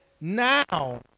now